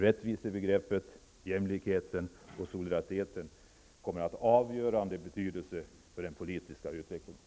Rättvisebegreppet, jämlikheten och solidariteten kommer att ha avgörande betydelse för den politiska utvecklingen.